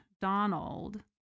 donald